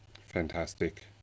Fantastic